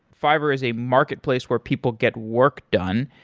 fiverr is a marketplace where people get work done.